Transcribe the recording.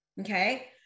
okay